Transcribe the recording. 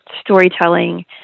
storytelling